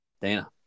Dana